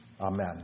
Amen